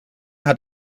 hat